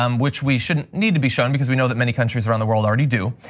um which we shouldn't need to be shown because we know that many countries around the world already do.